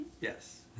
yes